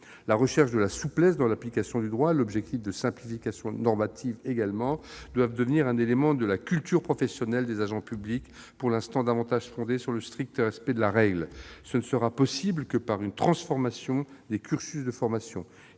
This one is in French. La recherche de la souplesse dans l'application du droit et l'objectif de simplification normative doivent devenir des éléments de la culture professionnelle des agents publics, pour l'instant davantage fondée sur le strict respect de la règle. Cela ne sera possible qu'en transformant les cursus de formation.